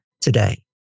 today